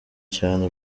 cyane